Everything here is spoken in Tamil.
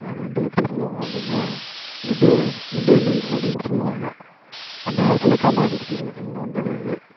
அதுவந்து எப்படி சொல்லுவாங்க அப்படின்னா மிட்டே மிட்டே மீல்ஸ் அப்படினு சொல்லுவாங்க அந்த காலத்தில் காமராஜர் பீரியட்லெலாம் வந்தது அது